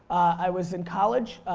i was in college.